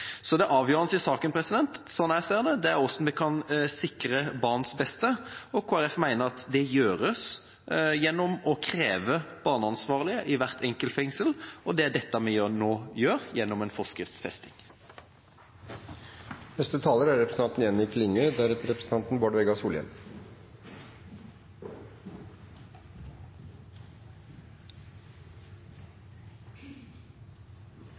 Det avgjørende i saken – slik jeg ser det – er hvordan vi kan sikre barns beste. Kristelig Folkeparti mener at det gjøres gjennom å kreve barneansvarlig i hvert enkelt fengsel. Det er dette vi nå gjør, gjennom en forskriftsfesting. Eg vil først slutte meg til det representanten